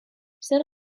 zer